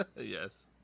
Yes